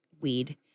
weed